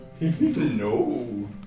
No